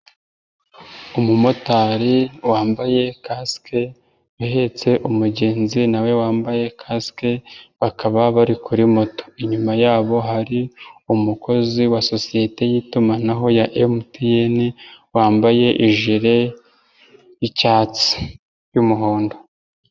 Umumotari wambaye kasike uhetse umugenzi nawe wambaye kasike bakaba bari kuri moto, inyuma yabo hari umukozi wa sosiyete yitumanaho ya MTN nawe wambaye jire y'icyatsi n'umuhondo.